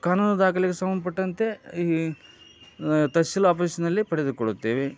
ಕಾನೂನು ದಾಖಲೆಗೆ ಸಂಬಂಧಪಟ್ಟಂತೆ ಈ ತಹಶೀಲ್ ಆಫೀಸ್ನಲ್ಲಿ ಪಡೆದುಕೊಳ್ಳುತ್ತೇವೆ